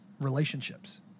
relationships